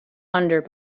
under